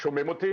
לא בכוונה כמובן,